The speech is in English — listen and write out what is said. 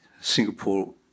Singapore